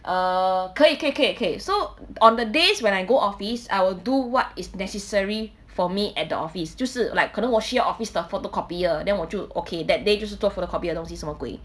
uh 可以可以可以可以 so on the days when I go office I will do what is necessary for me at the office 就是 like 我需要 office 的 photocopier then 我就 okay that day 就是做 photocopy 的东西这么鬼